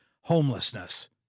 homelessness